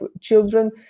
children